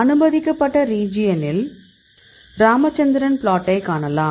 அனுமதிக்கப்பட்ட ரீஜியனில் ராமச்சந்திரன் பிளாட்டை காணலாம்